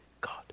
God